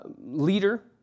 leader